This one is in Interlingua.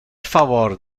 favor